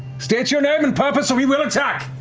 state your name and purpose or we will attack!